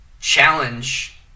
challenge